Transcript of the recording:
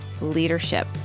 leadership